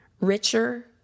richer